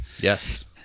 Yes